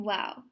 Wow